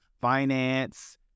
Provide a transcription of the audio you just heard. finance